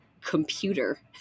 computer